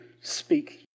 Speak